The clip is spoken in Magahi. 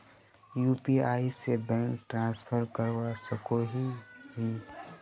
यु.पी.आई से बैंक ट्रांसफर करवा सकोहो ही?